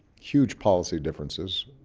huge policy differences